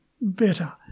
better